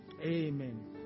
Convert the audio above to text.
amen